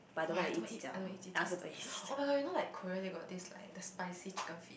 !wah! I don't eat I don't eat ji-jiao [oh]-my-god you know like Korea they got this like the spicy chicken feet